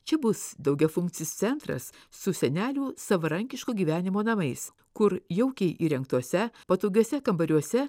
čia bus daugiafunkcis centras su senelių savarankiško gyvenimo namais kur jaukiai įrengtuose patogiuose kambariuose